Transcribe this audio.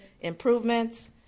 improvements